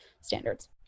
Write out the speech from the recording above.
standards